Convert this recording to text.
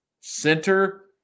center